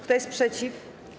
Kto jest przeciw?